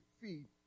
feet